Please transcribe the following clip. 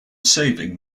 saving